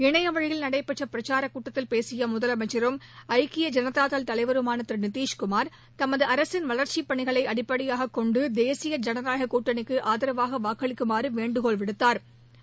இணையவழியில் நடைபெற்ற பிரச்சாரக் கூட்டத்தில் பேசிய முதலமைச்சரும் ஐக்கிய ஐனதாதள் தலைவருமான திரு நிதிஷ்குமார் தமது அரசின் வளர்ச்சிப் பணிகளை அடிப்படையாகக் கொண்டு தேசிய ஜனநாயகக் கூட்டணிக்கு ஆதரவாக வாக்களிக்குமாறு வேண்டுகோள் விடுத்தாா்